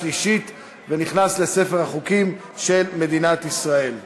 27 בעד, אין מתנגדים ואין נמנעים.